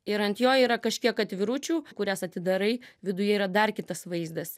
ir ant jo yra kažkiek atviručių kurias atidarai viduje yra dar kitas vaizdas